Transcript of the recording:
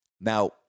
Now